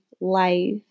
life